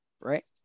right